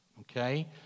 Okay